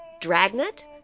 Dragnet